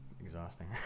exhausting